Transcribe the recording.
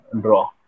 Draw